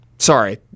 Sorry